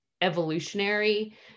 evolutionary